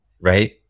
Right